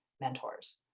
mentors